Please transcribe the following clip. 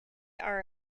are